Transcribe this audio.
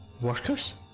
Workers